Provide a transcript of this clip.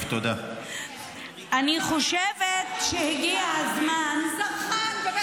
את התחלת את השקרים שלך.